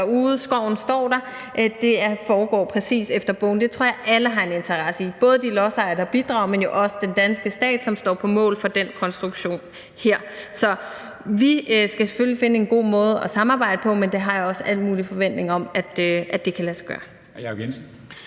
derude; skoven står der; det foregår præcis efter bogen. Det tror jeg alle har en interesse i, både de lodsejere, der bidrager, men jo også den danske stat, som står på mål for den konstruktion her. Så vi skal selvfølgelig finde en god måde at samarbejde på, men det har jeg også al mulig forventning om kan lade sig gøre.